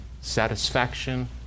satisfaction